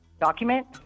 Document